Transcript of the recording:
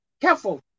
careful